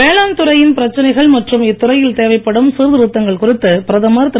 வேளாண் துறையின் பிரச்சனைகள் மற்றும் இத்துறையில் தேவைப்படும் சீர்திருத்தங்கள் குறித்து பிரதமர் திரு